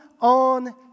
on